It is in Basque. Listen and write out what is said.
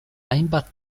hainbat